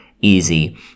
easy